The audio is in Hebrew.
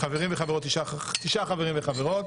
תשעה חברים וחברות,